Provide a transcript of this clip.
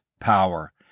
power